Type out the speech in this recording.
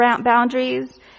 boundaries